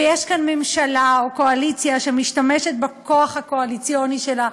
ויש כאן ממשלה או קואליציה שמשתמשת בכוח הקואליציוני שלה.